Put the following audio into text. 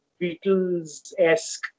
Beatles-esque